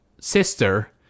sister